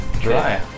Dry